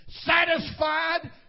satisfied